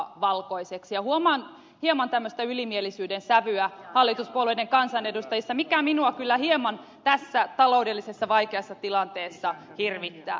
huomaan hallituspuolueiden kansanedustajissa hieman tällaista ylimielisyyden sävyä mikä minua kyllä hieman tässä vaikeassa taloudellisessa tilanteessa hirvittää